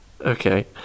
Okay